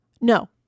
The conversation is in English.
No